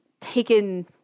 taken